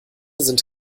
sind